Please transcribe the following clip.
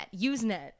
Usenet